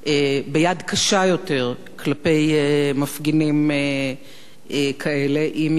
ביד קשה יותר כלפי מפגינים כאלה, אם יהיו.